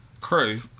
Crew